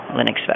Linux